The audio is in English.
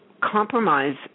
compromise